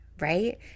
right